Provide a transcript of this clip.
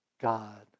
God